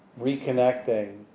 reconnecting